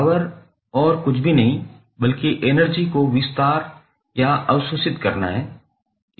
power और कुछ भी नहीं बल्कि एनर्जी को विस्तार या अवशोषित करना है